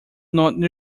not